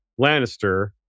Lannister